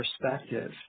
perspective